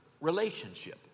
relationship